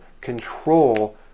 control